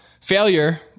failure